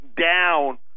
down